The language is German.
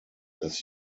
dass